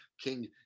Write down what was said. King